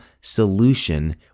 solution